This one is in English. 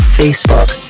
facebook